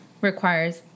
requires